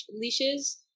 leashes